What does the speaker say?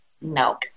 no